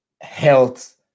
health